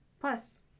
Plus